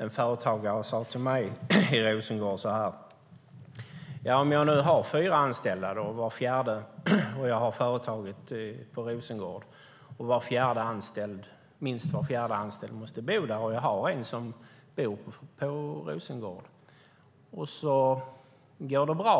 En företagare i Rosengård sade till mig: Om jag nu har fyra anställda, har företaget i Rosengård, där minst var fjärde anställd måste bo, och har en som bor i Rosengård, om det sedan går bra